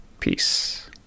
Peace